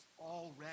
already